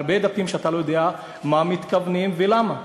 הרבה דפים שאתה לא יודע מה מתכוונים ולמה,